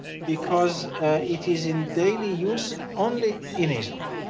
because it is in daily use only in israel.